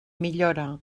millora